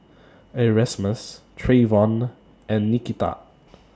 Erasmus Treyvon and Nikita